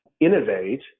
innovate